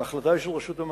ההחלטה היא של רשות המים,